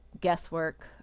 guesswork